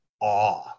awe